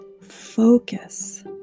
focus